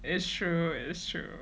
it's true it's true